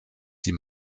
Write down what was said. die